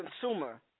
consumer